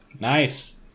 Nice